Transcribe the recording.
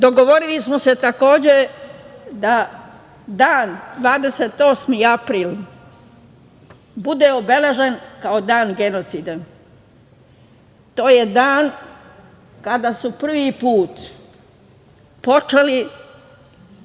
istorijom. Dogovorili smo se takođe da dan 28. april, bude obeležen kao dan genocida. To je dan kada su prvi put počeli NDH,